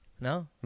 No